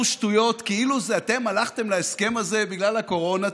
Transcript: שטויות כאילו זה אתם הלכתם להסכם הזה בגלל הקורונה?